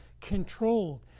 controlled